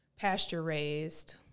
pasture-raised